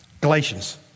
Galatians